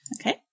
Okay